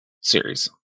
series